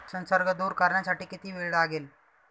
संसर्ग दूर करण्यासाठी किती वेळ लागेल?